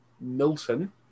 Milton